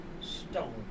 stone